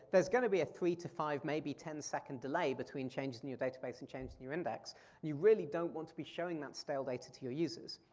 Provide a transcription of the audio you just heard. there's gonna be a three to five, maybe ten second delay between changes in your database and changes in your index. and you really don't want to be showing that stale data to your users.